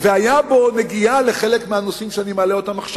היתה בו נגיעה לחלק מהנושאים שאני מעלה עכשיו.